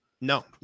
No